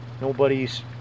nobody's